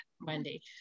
Wendy